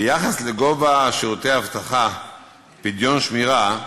בנושא גובה שירותי אבטחה (פדיון שמירה)